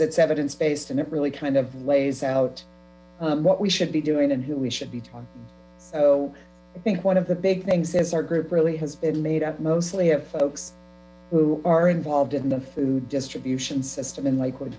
it's evidence based and it really kind of lays out what we should be doing and who we should be so i think one of the big things is our group really has been made up mostly of folks who are involved in the food distribution system in lakewood